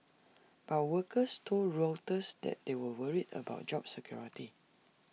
but workers told Reuters that they were worried about job security